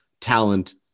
talent